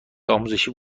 آزمایشی